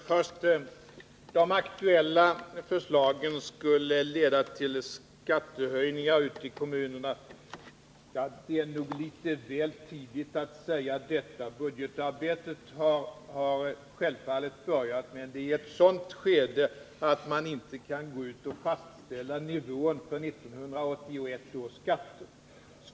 Herr talman! Jag skall kommentera ett par saker i Hans Gustafssons inlägg. Hans Gustafsson säger att de aktuella förslagen skulle leda till kommunala skattehöjningar. Det är nog litet väl tidigt att påstå det. Budgetarbetet har självfallet börjat, men det befinner sig i ett så tidigt skede att man inte kan gå ut och fastställa nivån på 1981 års skatter.